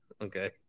Okay